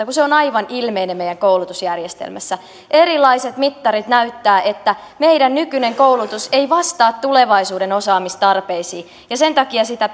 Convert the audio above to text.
kun se on aivan ilmeinen meidän koulutusjärjestelmässä erilaiset mittarit näyttävät että meidän nykyinen koulutus ei vastaa tulevaisuuden osaamistarpeisiin ja sen takia sitä